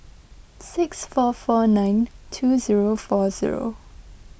six four four nine two zero four zero